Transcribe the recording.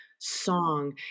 song